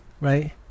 right